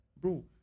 Bro